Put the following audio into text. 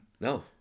No